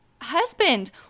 husband